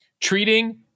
Treating